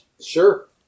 Sure